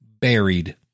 buried